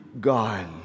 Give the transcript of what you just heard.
God